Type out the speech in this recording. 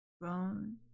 bone